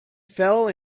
fell